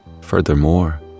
Furthermore